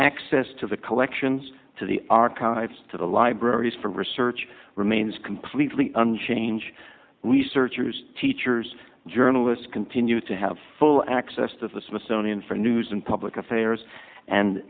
access to the collections to the archives to the libraries for research remains completely unchanged researchers teachers journalists continue to have full access to the smithsonian for news and public affairs and